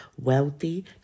Wealthy